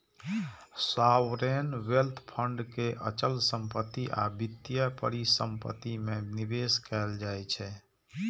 sovereign wealth fund के अचल संपत्ति आ वित्तीय परिसंपत्ति मे निवेश कैल जाइ छै